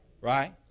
Right